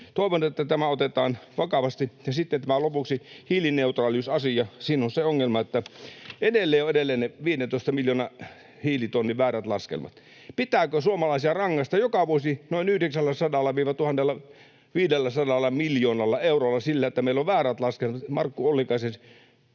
Toivon, että tämä otetaan vakavasti. Sitten tähän lopuksi hiilineutraaliusasia: Siinä on se ongelma, että edelleen on ne 15 miljoonan hiilitonnin väärät laskelmat. Pitääkö suomalaisia rangaista joka vuosi noin 900—1 500 miljoonalla eurolla sillä, että meillä on väärät laskelmat,